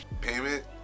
payment